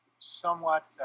somewhat